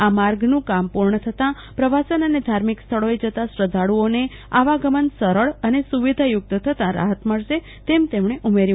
આ માર્ગનું કામ પૂર્ણ થતાં પ્રવાસન અને ધાર્મિક સ્થળોએ જતા શ્રધ્ધાળુઓને આવાગમન સરળ અને સુવિધાયુક્ત થતાં રાહત મળશે તેમ તેમણે ઉમેર્યું હતું